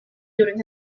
during